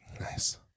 Nice